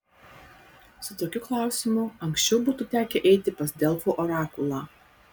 su tokiu klausimu anksčiau būtų tekę eiti pas delfų orakulą